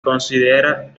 considera